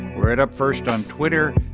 we're at upfirst on twitter.